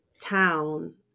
town